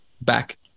back